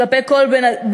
כלפי כל בני-האדם.